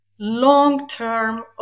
long-term